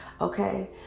okay